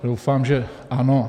Doufám, že ano.